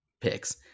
picks